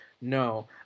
no